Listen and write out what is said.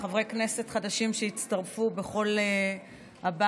חברי הכנסת החדשים שהצטרפו בכל הבית,